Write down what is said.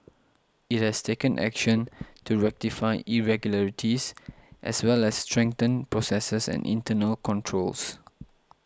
it has taken action to rectify irregularities as well as strengthen processes and internal controls